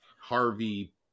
Harvey